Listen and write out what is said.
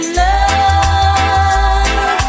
love